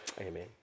Amen